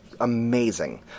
amazing